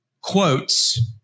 quotes